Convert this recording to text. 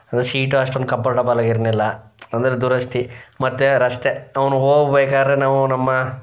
ಅಂದರೆ ಶೀಟೂ ಅಷ್ಟೊಂದು ಕಂಪರ್ಟಬಲ್ಲಾಗಿ ಇರ್ಲಿಲ್ಲ ಅಂದರೆ ದುರಸ್ತಿ ಮತ್ತು ರಸ್ತೆ ಅವನು ಹೋಗ್ಬೇಕಾರೆ ನಾವು ನಮ್ಮ